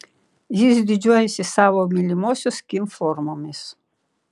jis didžiuojasi savo mylimosios kim formomis